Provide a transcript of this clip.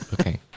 Okay